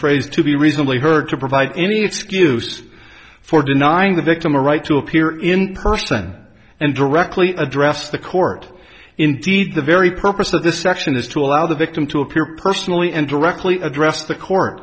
phrase to be reasonably heard to provide any excuse for denying the victim a right to appear in person and directly address the court indeed the very purpose of this action is to allow the victim to appear personally and directly address the court